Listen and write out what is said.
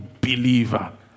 believer